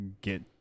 get